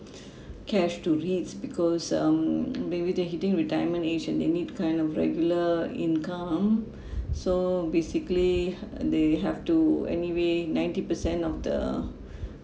cash to REITS because um maybe they're hitting retirement age and they need kind of regular income so basically they have to anyway ninety percent of the